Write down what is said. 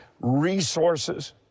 resources